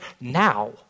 now